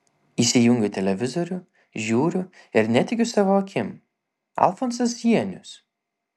įsijungiu televizorių žiūriu ir netikiu savo akim alfonsas zienius